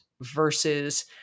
versus